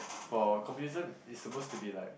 for communism is suppose to be like